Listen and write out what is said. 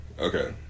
Okay